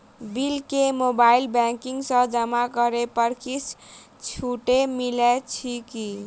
Bill केँ mobile banking सँ जमा करै पर किछ छुटो मिलैत अछि की?